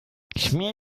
schmier